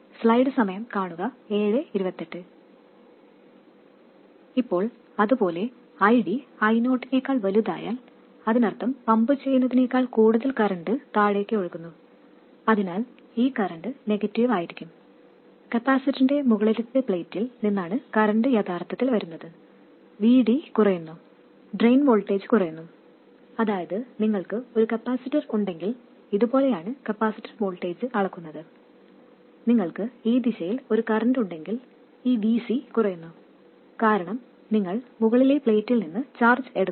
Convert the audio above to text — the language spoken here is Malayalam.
ഇപ്പോൾ അതുപോലെ ID I0നേക്കാൾ വലുതായാൽ അതിനർത്ഥം പമ്പ് ചെയ്യുന്നതിനേക്കാൾ കൂടുതൽ കറന്റ് താഴേക്ക് ഒഴുകുന്നു അതിനാൽ ഈ കറന്റ് നെഗറ്റീവ് ആയിരിക്കും കപ്പാസിറ്ററിന്റെ മുകളിലെ പ്ലേറ്റിൽ നിന്നാണ് കറന്റ് യഥാർത്ഥത്തിൽ വരുന്നത് VD കുറയുന്നു ഡ്രെയിൻ വോൾട്ടേജ് കുറയുന്നു അതായത് നിങ്ങൾക്ക് ഒരു കപ്പാസിറ്റർ ഉണ്ടെങ്കിൽ ഇതുപോലെയാണ് കപ്പാസിറ്റർ വോൾട്ടേജ് അളക്കുന്നത് നിങ്ങൾക്ക് ഈ ദിശയിൽ ഒരു കറൻറ് ഉണ്ടെങ്കിൽ ഈ VC കുറയുന്നു കാരണം നിങ്ങൾ മുകളിലെ പ്ലേറ്റിൽ നിന്ന് ചാർജ് എടുക്കുന്നു